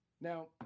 Now